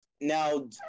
Now